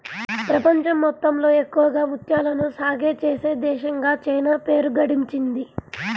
ప్రపంచం మొత్తంలో ఎక్కువగా ముత్యాలను సాగే చేసే దేశంగా చైనా పేరు గడించింది